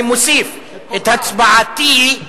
אני מוסיף את הצבעתי,